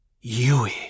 yui